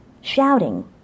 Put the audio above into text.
shouting